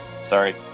Sorry